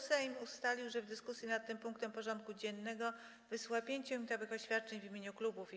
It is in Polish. Sejm ustalił, że w dyskusji nad tym punktem porządku dziennego wysłucha 5-minutowych oświadczeń w imieniu klubów i kół.